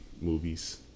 movies